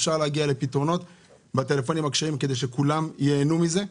אפשר להגיע לפתרונות בטלפונים הכשרים כדי שכולם ייהנו מזה.